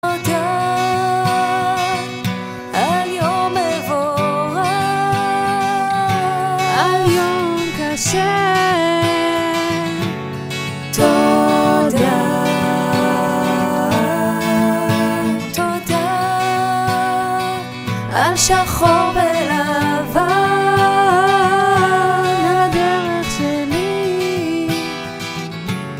תודה, על יום מבורך, על יום קשה, תודה. תודה, על שחור ולבן, הדרך שלי.